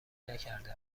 نکرده